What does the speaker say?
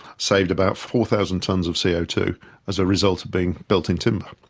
saved about four thousand tonnes of c o two as a result of being built in timber.